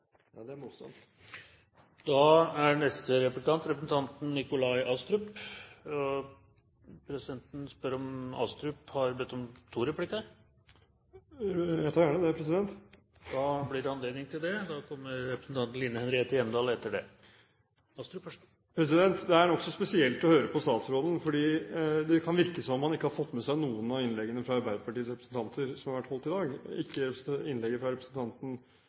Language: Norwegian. Ja, det er morsomt. Neste replikant er Nikolai Astrup. Presidenten spør Astrup om han har bedt om to replikker. Jeg tar gjerne det, president. Da blir det anledning til det. Det er nokså spesielt å høre på statsråden, fordi det kan virke som om han ikke har fått med seg noen av innleggene fra Arbeiderpartiets representanter som har vært holdt i dag – ikke innlegget fra representanten